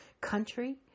country